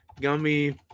gummy